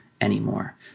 anymore